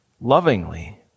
lovingly